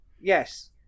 Yes